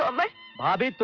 um my bhabhi. but